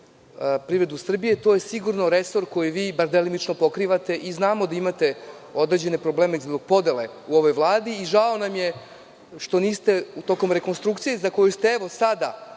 privredu Srbije, to je sigurno resor koji vi bar delimično pokrivate i znamo da imate određene probleme zbog podele u ovoj Vladi i žao nam je što niste tokom rekonstrukcije, za koju ste evo sada